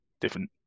different